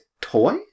toy